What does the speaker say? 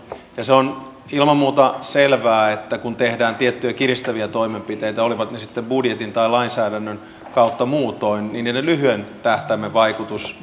ja se on ilman muuta selvää että kun tehdään tiettyjä kiristäviä toimenpiteitä olivat ne sitten budjetin kautta tai muutoin lainsäädännön kautta niin niiden lyhyen tähtäimen vaikutus